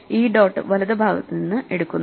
ഈ ഡോട്ട് വലതുഭാഗത്ത് നിന്ന് എടുക്കുന്നു